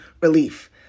relief